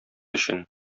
өчен